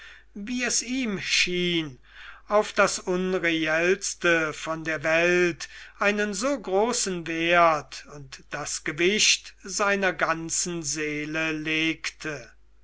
wie es ihm schien auf das unreellste von der welt einen so großen wert und das gewicht seiner ganzen seele legte